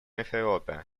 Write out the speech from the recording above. ethiopia